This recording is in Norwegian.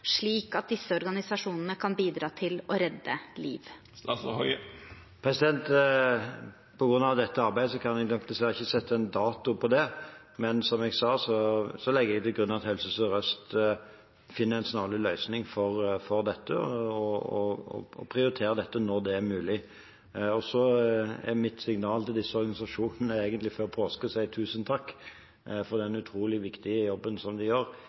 slik at disse organisasjonene kan bidra til å redde liv? På grunn av dette arbeidet kan jeg dessverre ikke sette en dato på det. Men som jeg sa, legger jeg til grunn at Helse Sør-Øst finner en snarlig løsning for dette og prioriterer dette når det er mulig. Så er mitt signal til disse organisasjonene før påske å si tusen takk for den utrolig viktige jobben som de gjør